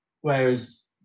whereas